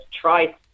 try